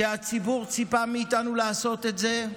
כי הציבור ציפה מאיתנו לעשות את זה,